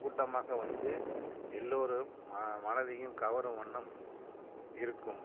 கூட்டமாக வந்து எல்லோரும் ம மனதையும் கவரும் வண்ணம் இருக்கும்